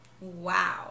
Wow